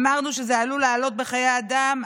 אמרנו שזה עלול לעלות בחיי אדם.